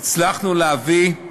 הצלחנו להביא,